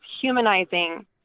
humanizing